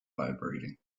vibrating